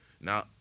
now